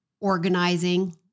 organizing